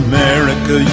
America